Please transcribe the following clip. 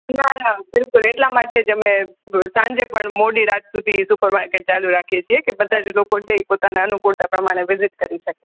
ના ના બિલકુલ એટલા માટે જ અમે સાંજે પણ મોડી રાત સુધી સુપર માર્કેટ ચાલું રાખીએ છીએ કે બધા જ લોકો છે એ પોતાનાં અનુકૂળતા પ્રમાણે વિઝિટ કરી શકે